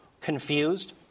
confused